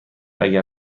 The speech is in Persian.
اگر